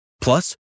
Plus